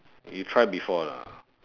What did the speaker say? you try before or not